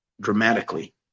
dramatically